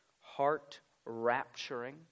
heart-rapturing